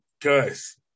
guys